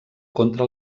contra